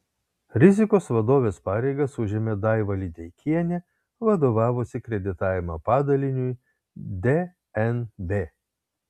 rizikos vadovės pareigas užėmė daiva lideikienė vadovavusi kreditavimo padaliniui dnb